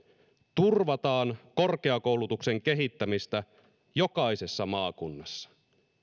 turvataan korkeakoulutuksen kehittämistä jokaisessa maakunnassa